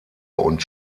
und